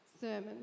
sermon